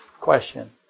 question